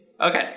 Okay